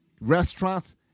restaurants